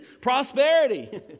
prosperity